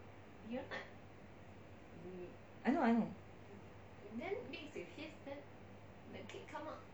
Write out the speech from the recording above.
I know I know